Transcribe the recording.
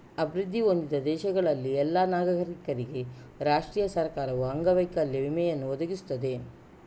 ಅಭಿವೃದ್ಧಿ ಹೊಂದಿದ ದೇಶಗಳಲ್ಲಿ ಎಲ್ಲಾ ನಾಗರಿಕರಿಗೆ ರಾಷ್ಟ್ರೀಯ ಸರ್ಕಾರವು ಅಂಗವೈಕಲ್ಯ ವಿಮೆಯನ್ನು ಒದಗಿಸುತ್ತದೆ